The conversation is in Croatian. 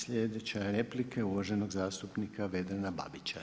Sljedeća replika je uvaženog zastupnika Vedrana Babića.